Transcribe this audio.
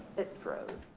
it froze.